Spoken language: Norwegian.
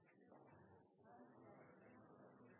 i krisetider, og den